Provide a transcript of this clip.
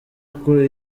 uko